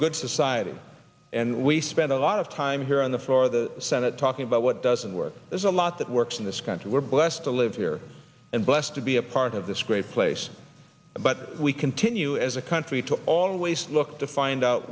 good society and we spent a lot of time here on the floor of the senate talking about what doesn't work there's a lot that works in this country we're blessed to live here and blessed to be a part of this great place but we continue as a country to always look to find out